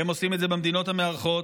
הם עושים את זה במדינות המארחות.